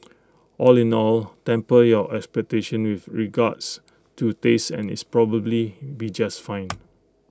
all in all temper your expectations with regards to taste and it's probably be just fine